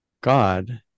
god